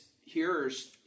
hearers